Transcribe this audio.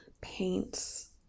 paints